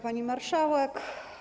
Pani Marszałek!